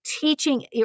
teaching